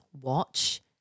watch